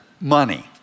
money